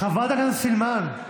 חברת הכנסת סילמן.